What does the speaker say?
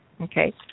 Okay